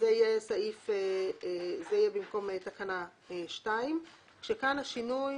זה יהיה במקום תקנה 2, כשכאן השינוי